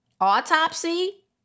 autopsy